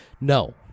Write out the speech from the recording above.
No